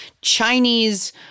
Chinese